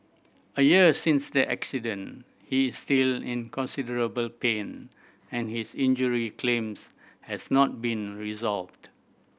a year since the accident he is still in considerable pain and his injury claims has not been resolved